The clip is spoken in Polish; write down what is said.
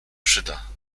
przyda